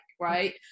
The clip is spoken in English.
right